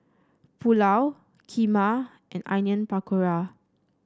Pulao Kheema and Onion Pakora